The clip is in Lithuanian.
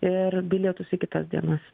ir bilietus į kitas dienas